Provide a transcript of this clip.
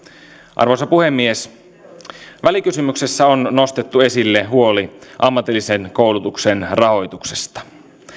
arvoisa puhemies välikysymyksessä on nostettu esille huoli ammatillisen koulutuksen rahoituksesta